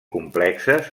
complexes